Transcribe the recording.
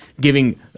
giving